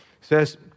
says